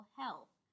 health